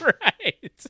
right